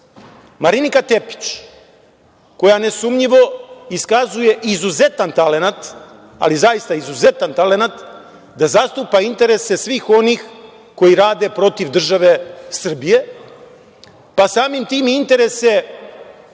domu. Marinika Tepić koja nesumnjivo iskazuje izuzetan talenat, ali zaista izuzetan talenat da zastupa interese svih onih koji rade protiv države Srbije, pa samim tim i interese